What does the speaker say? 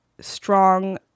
strong